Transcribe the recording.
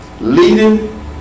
leading